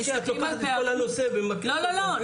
אבל כשאת לוקחת את כל הנושא ומזכירה את החרדים זו התרסה,